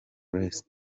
grace